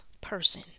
person